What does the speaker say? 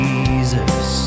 Jesus